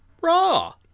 Raw